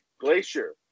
Glacier